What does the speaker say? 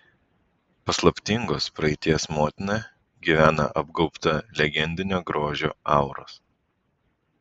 paslaptingos praeities motina gyvena apgaubta legendinio grožio auros